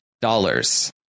dollars